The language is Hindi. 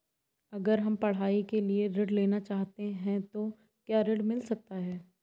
अगर हम पढ़ाई के लिए ऋण लेना चाहते हैं तो क्या ऋण मिल सकता है?